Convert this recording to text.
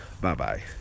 Bye-bye